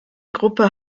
gruppe